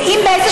ואם באיזה